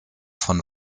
von